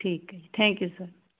ਠੀਕ ਹੈ thank you sir